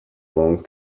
long